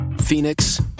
Phoenix